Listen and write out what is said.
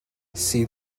see